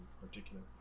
particular